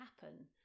happen